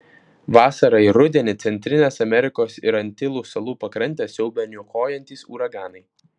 vasarą ir rudenį centrinės amerikos ir antilų salų pakrantes siaubia niokojantys uraganai